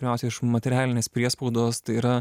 pirmiausia iš materialinės priespaudos tai yra